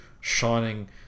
shining